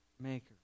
maker